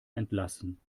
entlassen